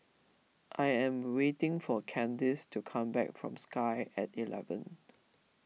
I am waiting for Candis to come back from Sky at eleven